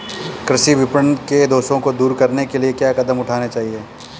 कृषि विपणन के दोषों को दूर करने के लिए क्या कदम उठाने चाहिए?